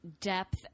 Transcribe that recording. depth